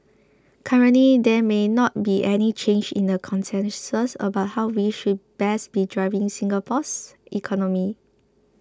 currently there may not be any change in the consensus about how we should best be driving Singapore's economy